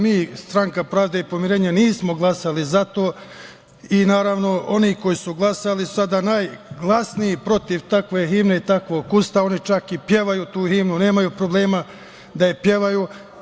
Mi, stranka Pravde i pomirenja, nismo glasali za to i naravno oni koji su glasali, sada najglasniji protiv takve himne i takvog Ustava, oni čak i pevaju tu himnu, nemaju problema da je pevaju.